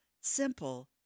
simple